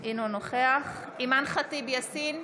אינו נוכח אימאן ח'טיב יאסין,